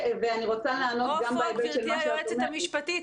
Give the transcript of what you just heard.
גברתי היועצת המשפטית,